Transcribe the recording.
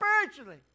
spiritually